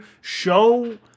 show